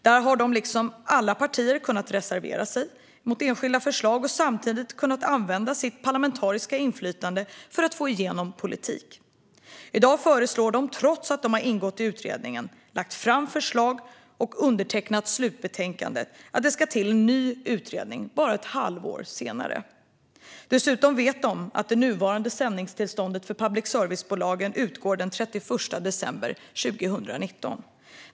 Där har de, liksom alla partier, kunnat reservera sig mot enskilda förslag och samtidigt kunnat använda sitt parlamentariska inflytande för att få igenom politik. Trots att de har ingått i utredningen, lagt fram förslag och undertecknat slutbetänkandet föreslår de i dag, bara ett halvår senare, att det ska till en ny utredning. Dessutom vet de att det nuvarande sändningstillståndet för public service-bolagen utgår den 31 december 2019.